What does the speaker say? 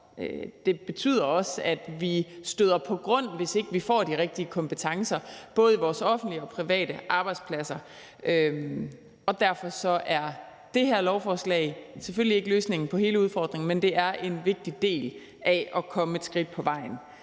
Det betyder også, at vi støder på grund, hvis ikke vi får de rigtige kompetencer, både på vores offentlige og vores private arbejdspladser. Derfor er det her lovforslag selvfølgelig ikke løsningen på hele udfordringen, men det er en vigtig del af at komme et skridt på vejen.